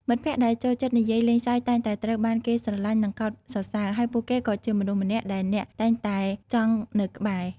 មិត្តភក្តិដែលចូលចិត្តនិយាយលេងសើចតែងតែត្រូវបានគេស្រឡាញ់និងកោតសរសើរ ហើយពួកគេក៏ជាមនុស្សម្នាក់ដែលអ្នកតែងតែចង់នៅក្បែរ។